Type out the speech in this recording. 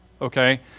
Okay